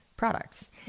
Products